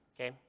okay